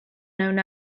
known